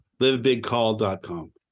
Livebigcall.com